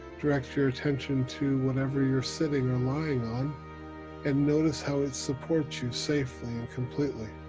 direct your attention to whatever you're sitting or lying on and notice how it supports you safely and completely,